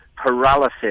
Paralysis